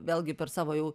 vėlgi per savo jau